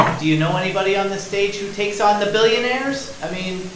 do you know anybody on the stage who takes on the billionaires i mean,